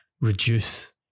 reduce